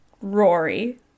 rory